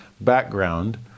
background